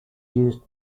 used